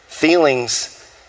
Feelings